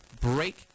break